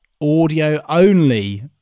audio-only